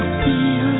feel